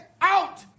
out